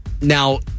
now